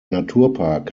naturpark